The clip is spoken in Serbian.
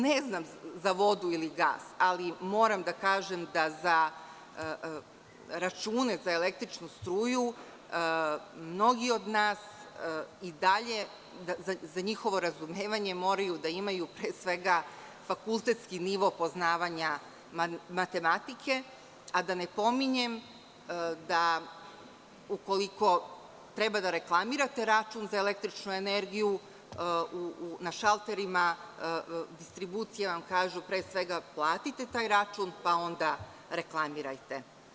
Ne znam za vodu ili gas, ali moram da kažem da za račune za električnu struju mnogi od nas i dalje za njihovo razumevanje moraju da imaju pre svega fakultetski nivo poznavanja matematike, a da ne pominjem ukoliko treba da reklamira taj račun za električnu energiju na šalterima distribucija vam kažu pre svega platite taj račun, pa onda reklamirajte.